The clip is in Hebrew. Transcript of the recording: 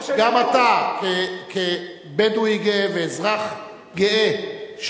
כבדואי גאה ואזרח גאה,